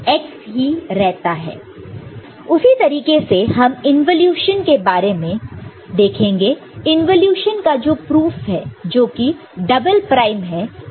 तो उसी तरीके से हम इन्वॉल्यूशन के बारे में देखेंगे इंवॉल्यूशन का जो प्रूफ है जो कि डबल प्राइम है वह वही फंक्शन है